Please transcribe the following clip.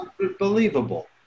unbelievable